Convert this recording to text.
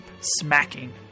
smacking